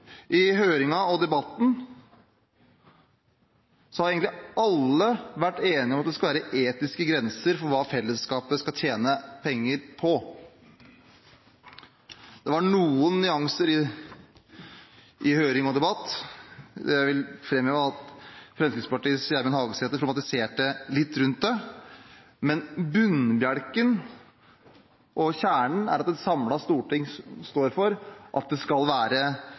I høringen og debatten har egentlig alle vært enige om at det skal være etiske grenser for hva fellesskapet skal tjene penger på. Det var noen nyanser i høring og debatt. Jeg vil framheve at Fremskrittspartiets Gjermund Hagesæter problematiserte litt rundt det. Men bunnbjelken og kjernen er at et samlet storting står for at det skal være